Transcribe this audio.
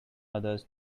others